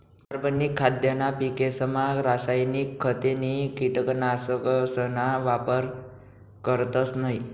कार्बनिक खाद्यना पिकेसमा रासायनिक खते नी कीटकनाशकसना वापर करतस नयी